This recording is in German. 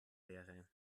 wäre